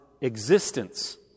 existence